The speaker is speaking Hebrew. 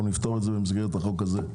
אנחנו נפתור את זה במסגרת החוק הזה,